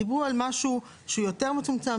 דיברו על משהו שהוא יותר מצומצם,